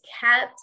kept